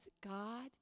God